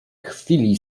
chwili